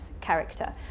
character